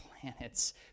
planets